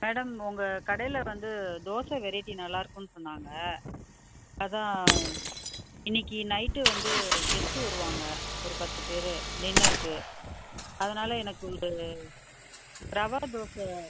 madam உங்கள் கடையில் வந்து தோசை வெரைட்டி நல்லாருக்குனு சொன்னாங்க அதான் இன்னிக்கு நைட்டு வந்து கெஸ்ட்டு வருவாங்க ஒரு பத்து பேர் டின்னருக்கு அதனால் எனக்கு ஒரு ரவா தோசை